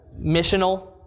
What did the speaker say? missional